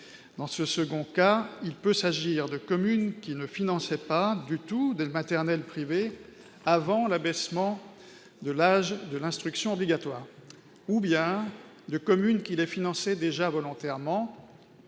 Dans ce second cas, il peut s'agir de communes qui ne finançaient pas du tout de maternelles privées avant l'abaissement de l'âge de l'instruction obligatoire ou bien de communes qui en finançaient déjà volontairement,